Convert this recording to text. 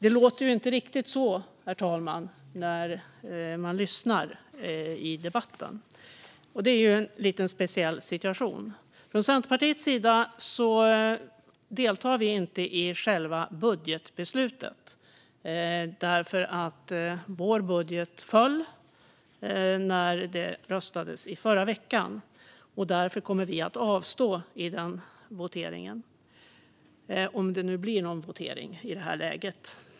Det låter inte riktigt så när man lyssnar till debatten. Det är en lite speciell situation. Från Centerpartiets sida deltar vi inte i själva budgetbeslutet. Vår budget föll när det röstades i förra veckan. Därför kommer vi att avstå i voteringen, om det nu blir någon votering i det här läget.